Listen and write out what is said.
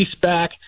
back